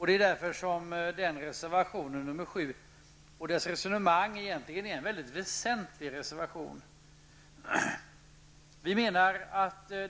Det är därför som reservation nr 7 med dess resonemang är en väldigt väsentlig reservation.